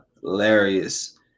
hilarious